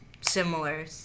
similar